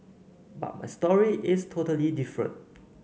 but my story is totally different